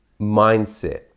mindset